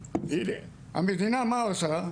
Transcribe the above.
המדינה מה עשתה,